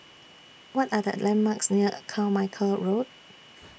What Are The landmarks near Carmichael Road